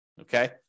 Okay